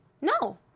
No